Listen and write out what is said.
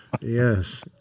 Yes